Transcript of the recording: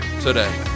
today